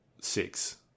six